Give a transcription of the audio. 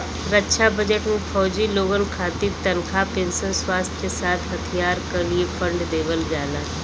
रक्षा budget में फौजी लोगन खातिर तनखा पेंशन, स्वास्थ के साथ साथ हथियार क लिए फण्ड देवल जाला